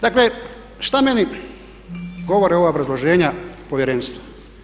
Dakle, šta meni govore ova obrazloženja Povjerenstvu?